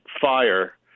fire